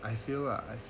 I feel lah